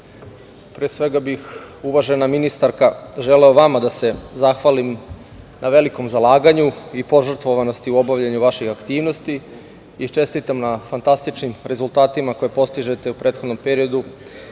svega bih, uvažena ministarka, želeo vama da se zahvalim na velikom zalaganju i požrtvovanosti u obavljanju vaših aktivnosti i čestitam na fantastičnim rezultatima koje postižete u prethodnom periodu